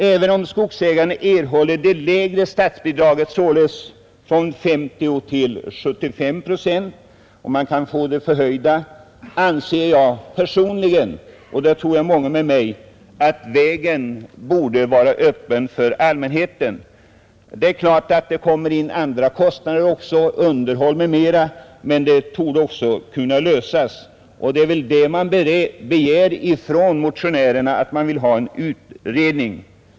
Vare sig skogsägarna erhåller det lägre statsbidraget, dvs. med 50 procent eller det förhöjda som utgår med 75 procent anser jag, och det tror jag många med mig gör, att vägen borde vara öppen för allmänheten. Det är klart att andra kostnader såsom underhåll m.m. tillkommer, men frågan borde ändå kunna lösas. Det är just det motionärerna begär då de vill ha en utredning.